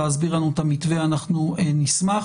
להסביר לנו את המתווה אנחנו נשמח.